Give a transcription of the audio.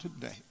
today